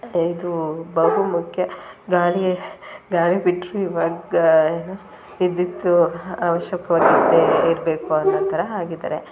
ಆದರೆ ಇದು ಬಹುಮುಖ್ಯ ಗಾಳಿ ಗಾಳಿ ಬಿಟ್ಟರೂ ಇವಾಗ ಏನು ವಿದ್ಯುತ್ ಆವಶ್ಯಕ್ವಾಗಿ ಇದ್ದೇ ಇರಬೇಕು ಅನ್ನೋ ಥರ ಹಾಗಿದರೆ